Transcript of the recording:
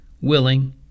willing